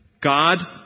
God